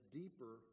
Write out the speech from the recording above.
deeper